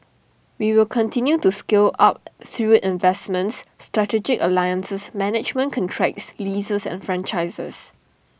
we will continue to scale up through investments strategic alliances management contracts leases and franchises